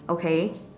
okay